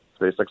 SpaceX